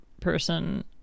person